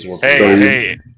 Hey